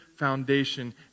foundation